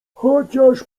chociaż